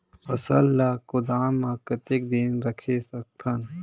फसल ला गोदाम मां कतेक दिन रखे सकथन?